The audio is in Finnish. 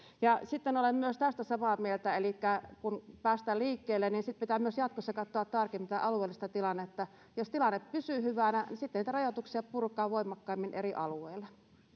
ja sitten olen myös siitä samaa mieltä elikkä kun päästään liikkeelle niin sitten pitää myös jatkossa katsoa tarkemmin tätä alueellista tilannetta jos tilanne pysyy hyvänä niin sitten niitä rajoituksia puretaan voimakkaammin eri alueilla